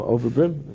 Overbrim